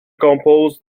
compose